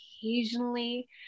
occasionally